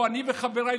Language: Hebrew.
אני וחבריי,